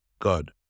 God